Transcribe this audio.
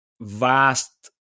vast